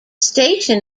station